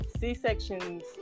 C-sections